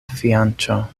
fianĉo